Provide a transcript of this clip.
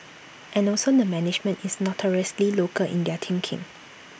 and also the management is notoriously local in their thinking